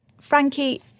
Frankie